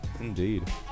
Indeed